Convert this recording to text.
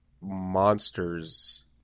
monsters